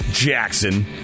Jackson